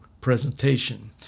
presentation